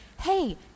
hey